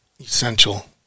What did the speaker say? essential